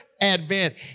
advent